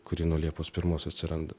kuri nuo liepos pirmos atsiranda